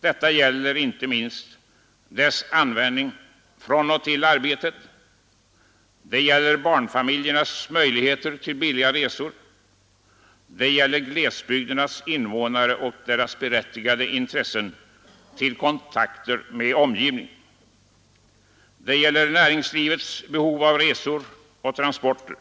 Detta gäller inte minst dess användning från och till arbetet, det gäller barnfamiljernas möjligheter till billiga resor, det gäller glesbygdernas invånare och deras berättigade intresse av kontakter med omgivningen, det gäller näringslivets behov av resor och transporter.